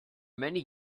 many